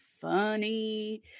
funny